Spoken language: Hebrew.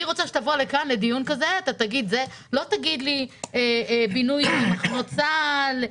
אני רוצה שאתה תבוא לכאן לדיון כזה ולא תגיד לי בינוי מחנות צה"ל,